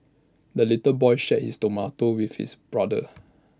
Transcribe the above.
the little boy shared his tomato with his brother